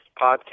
podcast